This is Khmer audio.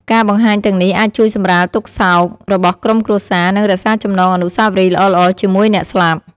ការបង្ហាញទាំងនេះអាចជួយសម្រាលទុក្ខសោករបស់ក្រុមគ្រួសារ និងរក្សាចំណងអនុស្សាវរីយ៍ល្អៗជាមួយអ្នកស្លាប់។